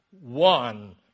one